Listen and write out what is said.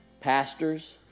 pastors